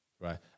Right